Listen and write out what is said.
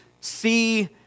see